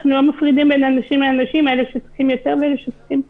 אנחנו לא מפרידים בין אנשים לאנשים אלה שעושים יותר ופחות.